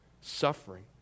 suffering